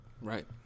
Right